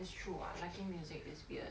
it's true what liking music is weird